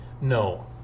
No